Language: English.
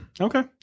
okay